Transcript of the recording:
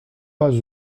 pas